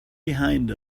behind